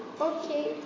Okay